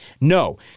No